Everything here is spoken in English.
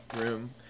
room